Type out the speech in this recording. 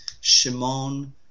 Shimon